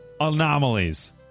anomalies